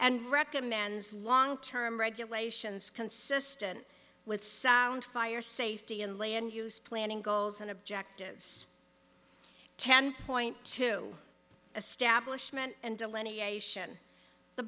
and recommends long term regulations consistent with sound fire safety and land use planning goals and objectives ten point to establishment and delineation the